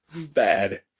bad